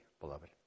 beloved